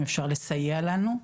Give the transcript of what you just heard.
אם אפשר לסייע לנו.